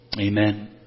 Amen